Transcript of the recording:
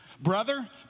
Brother